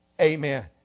Amen